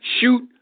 shoot